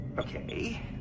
Okay